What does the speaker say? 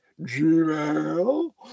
Gmail